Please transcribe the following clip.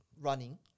running